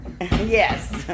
yes